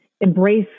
embrace